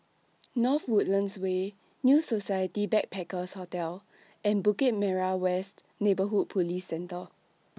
North Woodlands Way New Society Backpackers' Hotel and Bukit Merah West Neighbourhood Police Centre